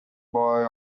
boy